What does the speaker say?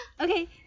Okay